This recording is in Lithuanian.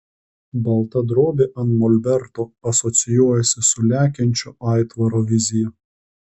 balta drobė ant molberto asocijuojasi su lekiančio aitvaro vizija